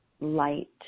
light